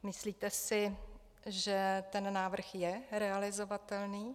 Myslíte si, že ten návrh je realizovatelný?